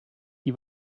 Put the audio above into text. die